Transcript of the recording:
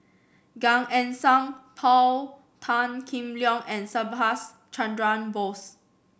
Gan Eng Seng Paul Tan Kim Liang and Subhas Chandra Bose